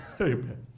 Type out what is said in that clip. Amen